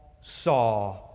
saw